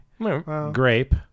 Grape